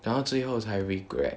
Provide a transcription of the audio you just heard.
然后最后才 regret